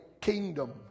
kingdom